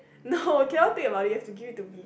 no cannot take about you have to give it to me